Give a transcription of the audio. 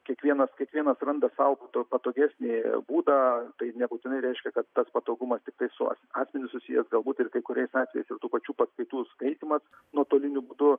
kiekvienas kiekvienas randa sau pa patogesnį būdą tai nebūtinai reiškia kad tas patogumas tiktai su as asmeniu susijęs galbūt ir kai kuriais atvejais ir tų pačių paskaitų skaitymas nuotoliniu būdu